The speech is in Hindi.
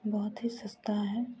बहुत ही सस्ता है